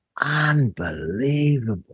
unbelievable